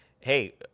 Hey